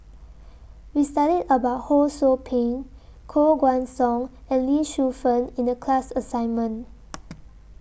We studied about Ho SOU Ping Koh Guan Song and Lee Shu Fen in The class assignment